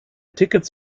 tickets